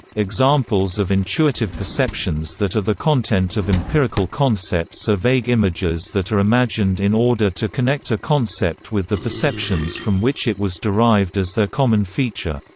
examples of intuitive perceptions that are the content of empirical concepts are vague images that are imagined in order to connect a concept with the perceptions from which it was derived as their common feature.